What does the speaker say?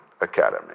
Academy